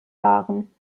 waren